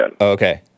Okay